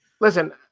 Listen